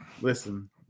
Listen –